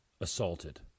assaulted